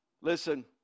Listen